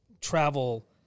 travel